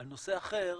נושא אחר,